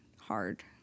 hard